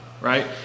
right